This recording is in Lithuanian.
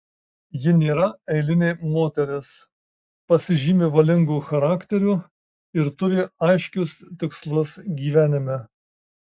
ji nėra eilinė moteris pasižymi valingu charakteriu ir turi aiškius tikslus gyvenime